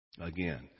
Again